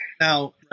Now